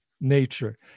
nature